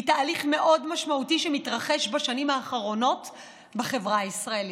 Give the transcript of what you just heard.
מתהליך מאוד משמעותי שמתרחש בשנים האחרונות בחברה הישראלית,